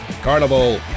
Carnival